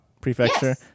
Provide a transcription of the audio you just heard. Prefecture